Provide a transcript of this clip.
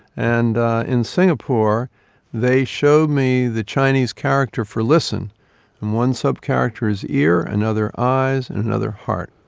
and ah in singapore they showed me the chinese character for listen, and one sub-character is ear, another eyes, and another heart.